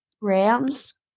Rams